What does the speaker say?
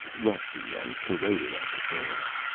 rusty and corroded as it was.